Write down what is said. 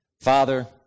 Father